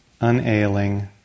unailing